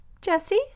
Jesse